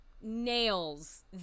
nails